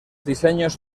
diseños